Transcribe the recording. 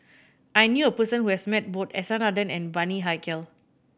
I knew a person who has met both S R Nathan and Bani Haykal